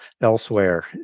elsewhere